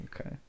Okay